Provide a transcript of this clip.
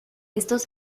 estos